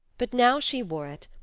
but now she wore it,